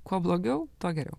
kuo blogiau tuo geriau